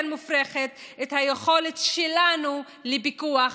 מופרכת את היכולת שלנו לפיקוח פרלמנטרי.